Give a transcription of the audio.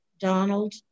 Donald